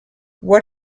what